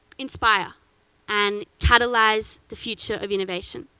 inspire and catalyze the future of innovation.